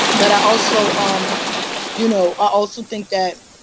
but i also um you know, i also think that